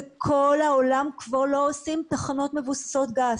בכל העולם כבר לא עושים תחנות מבוססות גז.